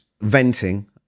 venting